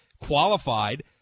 qualified